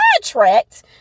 contract